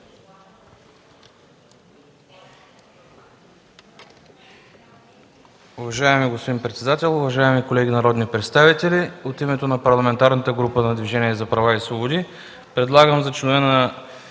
Уважаеми господин председател, уважаеми колеги народни представители! От името на Парламентарната група на Движението за права и свободи предлагам за членове на